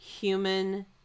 human